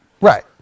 right